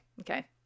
okay